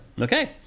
Okay